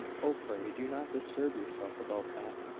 oh, pray do not disturb yourself about that.